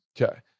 Okay